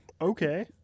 okay